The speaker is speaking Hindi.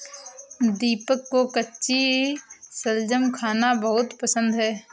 दीपक को कच्ची शलजम खाना बहुत पसंद है